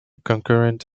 concurrent